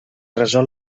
resol